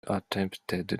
attempted